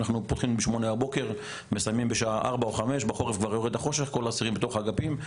אנחנו פותחים ב-8 בבוקר ומסיימים בשעה 4 או 5. בחורף כבר יורד החושך וכל האסירים בתוך האגפים.